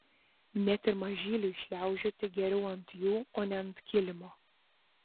net ir mažyliui šliaužioti geriau ant jų o ne ant kilimo